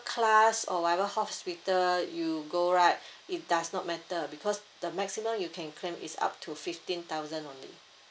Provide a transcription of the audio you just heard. class or whatever hospital you go right it does not matter because the maximum you can claim is up to fifteen thousand only